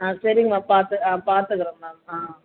ஆ சரிங்க பார்த்து ஆ பாத்துக்கிறேன் மேம் ஆ